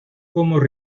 como